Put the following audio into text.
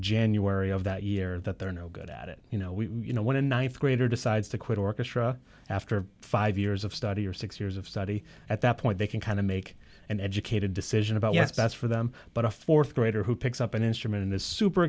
january of that year that they're no good at it you know we you know when a th grader decides to quit orchestra after five years of study or six years of study at that point they can kind of make an educated decision about yes that's for them but a th grader who picks up an instrument and is super